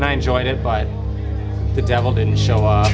and i enjoyed it but the devil didn't show